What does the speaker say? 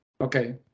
Okay